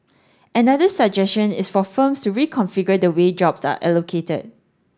another suggestion is for firms to reconfigure the way jobs are allocated